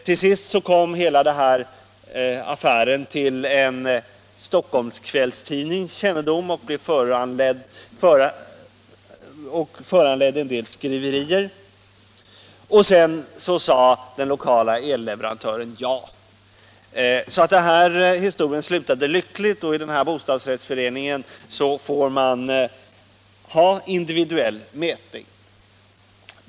Till sist kom hela affären till en Stockholmskvällstidnings kännedom och föranledde en del skriverier där, och sedan sade den lokala elleverantören ja. Historien slutade alltså lyckligt, och i bostadsrättsföreningen i fråga får man nu individuell mätning.